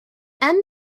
end